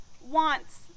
wants